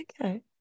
Okay